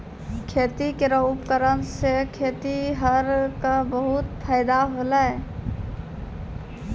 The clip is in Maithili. खेती केरो उपकरण सें खेतिहर क बहुत फायदा होलय